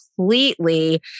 completely